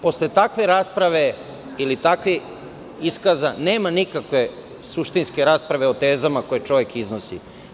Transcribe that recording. Posle takve rasprave ili takvih iskaza nema nikakve suštinske rasprave o tezama koje čovek iznosi.